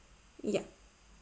yup